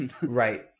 Right